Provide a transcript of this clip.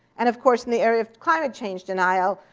and of course, in the area of climate change denial,